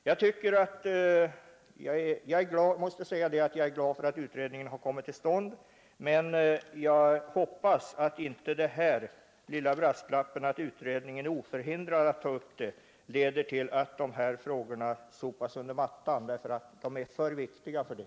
Jag är glad över att utredningen har kommit till stånd, men jag hoppas att den här lilla brasklappen, att utredningen är oförhindrad att ta upp frågorna, inte leder till att de stoppas under mattan. De är för viktiga för det.